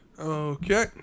Okay